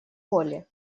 воли